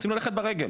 רוצים ללכת ברגל,